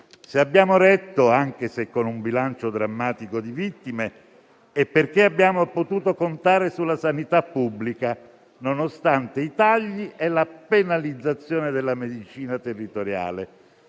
Se abbiamo retto, anche se con un bilancio drammatico di vittime, è perché abbiamo potuto contare sulla sanità pubblica, nonostante i tagli e la penalizzazione della medicina territoriale.